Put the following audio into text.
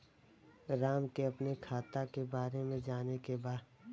राम के अपने खाता के बारे मे जाने के बा?